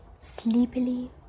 sleepily